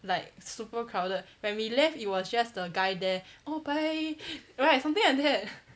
like super crowded when we left it was just the guy there oh bye right something like that